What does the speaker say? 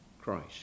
Christ